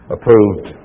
approved